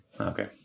Okay